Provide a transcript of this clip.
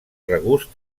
regust